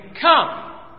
come